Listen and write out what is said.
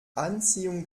anziehung